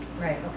Right